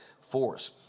force